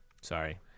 Sorry